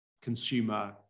consumer